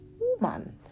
woman